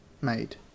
made